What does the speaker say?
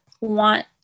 want